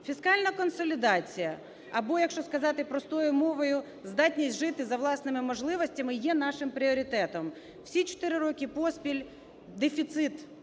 Фіскальна консолідація, або якщо сказати простою мовою, здатність жити за власними можливостями, є нашим пріоритетом. Всі 4 роки поспіль дефіцит